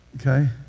okay